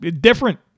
different